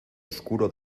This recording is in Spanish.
oscuro